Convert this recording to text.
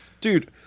Dude